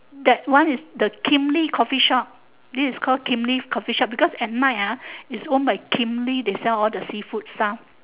that one is the kim-lee coffee shop this is called kim-lee coffee shop because at night ah is own by kim-lee they sell all the seafood stuff